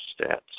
Stats